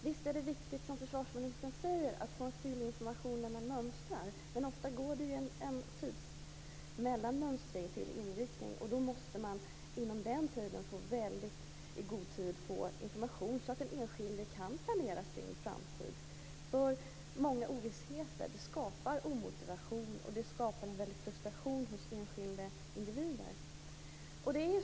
Visst är det viktigt, som försvarsministern säger, att få fyllig information vid mönstringen. Men ofta går det en tid mellan mönstring och inryckning. Under den mellantiden måste den enskilde i god tid få information så att det går att planera för framtiden. För mycket ovisshet skapar inte motivation och skapar frustration hos enskilda individer.